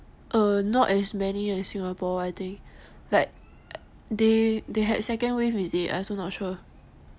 err not as many as Singapore I think like they they had second wave is it I also not sure